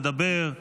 מדבר.